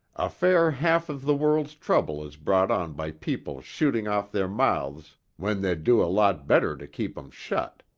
a fair half of the world's trouble is brought on by people shooting off their mouths when they'd do a lot better to keep em shut.